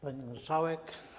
Pani Marszałek!